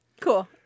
Cool